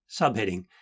Subheading